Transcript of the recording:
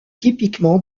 typiquement